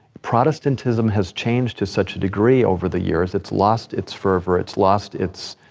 protestantism has changed to such a degree over the years, it's lost its fervor, it's lost its,